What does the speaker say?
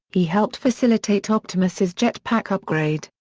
he helped facilitate optimus's jet-pack upgrade,